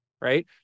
right